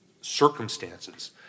circumstances